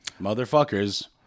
Motherfuckers